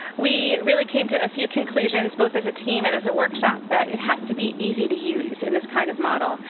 we really came to a few conclusions, both as a team, and as a workshop, that it has to be easy to use in this kind of model,